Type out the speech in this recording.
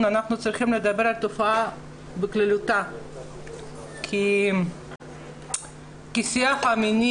אנחנו צריכים לדבר על התופעה בכללותה כי השיח המיני